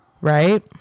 right